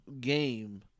game